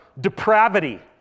depravity